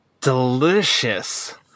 delicious